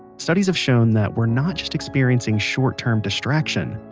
studies have shown that we're not just experiencing short term distraction,